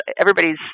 Everybody's